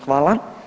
Hvala.